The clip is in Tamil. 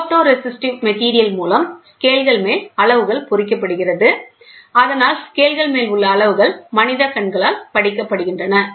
போட்டோ ரேசிஸ் மெட்டீரியல் மூலம் ஸ்கேல்கள் மேல் அளவுகள் பொறிக்கப்படுகிறது அதனால் ஸ்கேல்கள் மேல் உள்ள அளவுகள் மனித கண்களால் படிக்கப்படுகின்றன